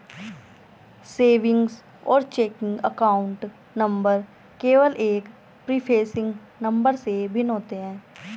savings और checking account number केवल एक प्रीफेसिंग नंबर से भिन्न होते हैं